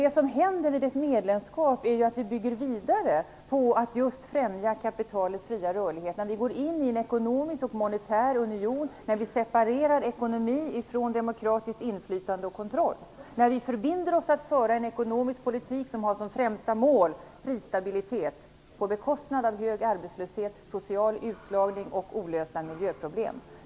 Det som händer vid ett medlemskap är ju att vi bygger vidare på att främja kapitalets fria rörlighet när vi går in i en ekonomisk och monetär union, när vi separerar ekonomi från demokratiskt inflytande och kontroll, när vi förbinder oss att föra en ekonomisk politik som har prisstabilitet som främsta mål på bekostnad av hög arbetslöshet, social utslagning och olösta miljöproblem.